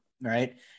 right